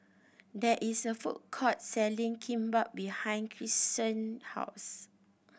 there is a food court selling Kimbap behind Kyson house